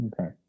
Okay